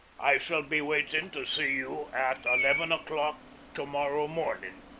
i shall be waiting to see you at eleven o'clock to-morrow morning.